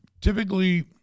typically